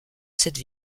cette